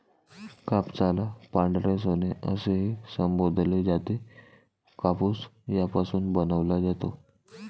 कापसाला पांढरे सोने असेही संबोधले जाते, कापूस यापासून बनवला जातो